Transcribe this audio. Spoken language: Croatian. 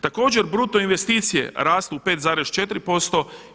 Također bruto investicije rastu 5,4%